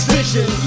Vision